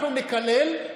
אנחנו נקלל,